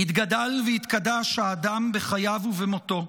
יתגדל ויתקדש האדם בחייו ובמותו,